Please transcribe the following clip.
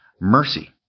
mercy